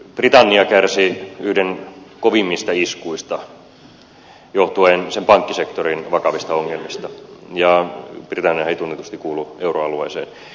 britannia kärsi yhden kovimmista iskuista johtuen sen pankkisektorin vakavista ongelmista ja britanniahan ei tunnetusti kuulu euroalueeseen